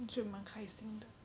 就蛮开心的